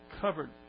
covered